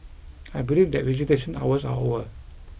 I believe that visitation hours are over